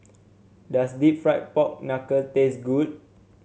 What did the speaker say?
does deep fried Pork Knuckle taste good